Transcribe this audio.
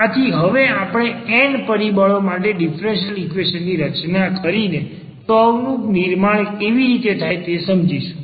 આથી હવે આપણે n પરિબળો માટે ડીફરન્સીયલ ઈક્વેશન ની રચના કરીને કર્વ નું નિર્માણ કેવી રીતે થાય તે સમજીશું